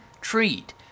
treat